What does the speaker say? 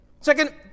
second